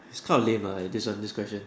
it's quite a lame ah this one this question